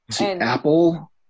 Apple